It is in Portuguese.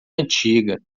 antiga